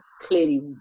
clearly